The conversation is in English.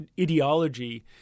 ideology